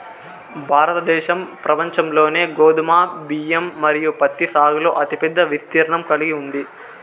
భారతదేశం ప్రపంచంలోనే గోధుమ, బియ్యం మరియు పత్తి సాగులో అతిపెద్ద విస్తీర్ణం కలిగి ఉంది